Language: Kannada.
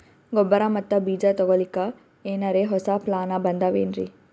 ಗೊಬ್ಬರ ಮತ್ತ ಬೀಜ ತೊಗೊಲಿಕ್ಕ ಎನರೆ ಹೊಸಾ ಪ್ಲಾನ ಬಂದಾವೆನ್ರಿ?